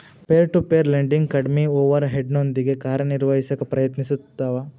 peer to peer lending ಕಡ್ಮಿ ಓವರ್ ಹೆಡ್ನೊಂದಿಗಿ ಕಾರ್ಯನಿರ್ವಹಿಸಕ ಪ್ರಯತ್ನಿಸ್ತವ